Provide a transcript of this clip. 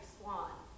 Swan